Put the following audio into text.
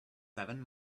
seven